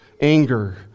anger